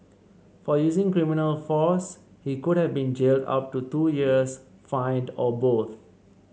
for using criminal force he could have been jailed up to two years fined or both